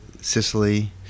Sicily